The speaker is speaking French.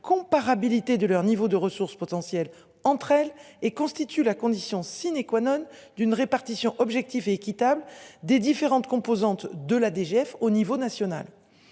comparabilité de leur niveau de ressources potentielles entre elle et constitue la condition sine qua non d'une répartition objectif et équitable des différentes composantes de la DGF au niveau national.